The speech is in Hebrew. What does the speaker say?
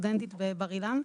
סטודנטית בבר אילן,